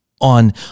on